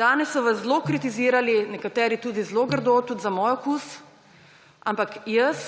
Danes so vas zelo kritizirali, nekateri tudi zelo grdo, tudi za moj okus, ampak jaz